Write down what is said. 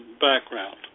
background